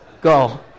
go